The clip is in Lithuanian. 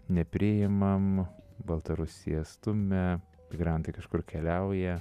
nepriimam baltarusija stumia migrantai kažkur keliauja